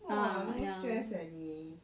!wah! no stress eh 你